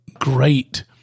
great